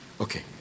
Okay